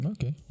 Okay